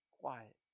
quiet